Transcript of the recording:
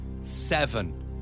seven